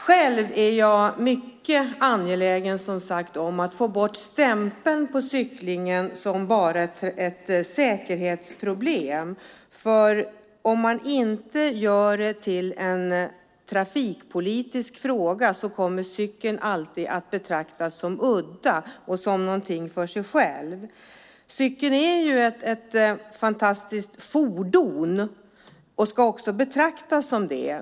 Själv är jag, som sagt, mycket angelägen om att få bort stämpeln på cyklingen som bara ett säkerhetsproblem. Om man inte gör det till en trafikpolitisk fråga kommer cykeln alltid att betraktas som udda och som någonting för sig självt. Cykeln är ett fantastiskt fordon och ska också betraktas som det.